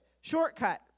shortcut